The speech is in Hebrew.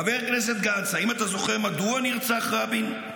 חבר הכנסת גנץ, האם אתה זוכר מדוע נרצח רבין?